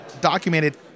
documented